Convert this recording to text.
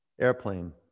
Airplane